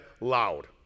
loud